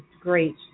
great